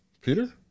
Peter